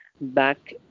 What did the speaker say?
back